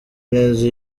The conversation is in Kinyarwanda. neza